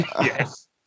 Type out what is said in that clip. Yes